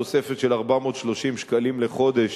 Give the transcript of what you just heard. תוספת של 430 שקלים לחודש